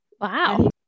Wow